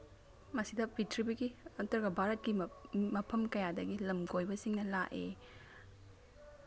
ꯃꯁꯤꯗ ꯄ꯭ꯔꯤꯊꯤꯕꯤꯒꯤ ꯅꯠꯇ꯭ꯔꯒ ꯚꯥꯔꯠꯀꯤ ꯃꯐꯝ ꯀꯌꯥꯗꯒꯤ ꯂꯝꯀꯣꯏꯕꯁꯤꯡꯅ ꯂꯥꯛꯏ